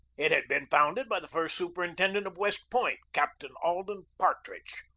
it had been founded by the first superintendent of west point, captain alden partridge.